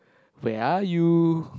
where are you